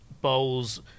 bowls